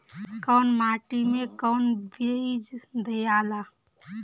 कौन माटी मे कौन बीज दियाला?